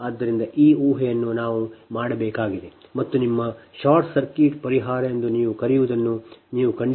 ಆದ್ದರಿಂದಈ ಊಹೆಯನ್ನು ನಾವು ಮಾಡಬೇಕಾಗಿದೆ ಮತ್ತು ನಿಮ್ಮ ಶಾರ್ಟ್ ಸರ್ಕ್ಯೂಟ್ ಪರಿಹಾರ ಎಂದು ನೀವು ಕರೆಯುವದನ್ನು ನೀವು ಕಂಡುಹಿಡಿಯಬೇಕು